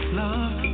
love